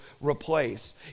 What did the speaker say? replace